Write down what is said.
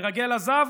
המרגל עזב,